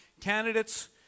candidates